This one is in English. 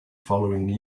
following